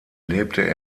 lebte